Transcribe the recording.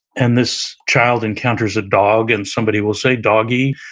and this child encounters a dog and somebody will say, doggie,